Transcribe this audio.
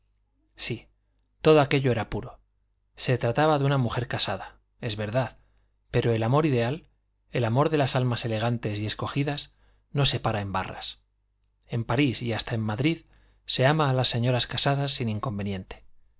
sí todo aquello era puro se trataba de una mujer casada es verdad pero el amor ideal el amor de las almas elegantes y escogidas no se para en barras en parís y hasta en madrid se ama a las señoras casadas sin inconveniente